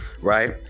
right